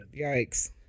Yikes